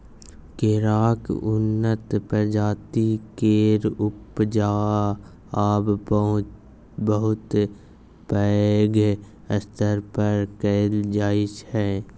केराक उन्नत प्रजाति केर उपजा आब बहुत पैघ स्तर पर कएल जाइ छै